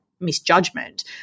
misjudgment